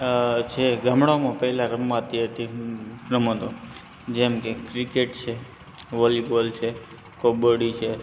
જે ગામડાઓમાં પહેલાં રમાતી હતી રમતો જેમ કે ક્રિકેટ છે વોલીબોલ છે કબડ્ડી છે